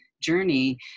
journey